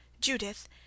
Judith